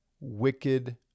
wicked